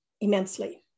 immensely